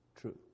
true